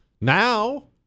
Now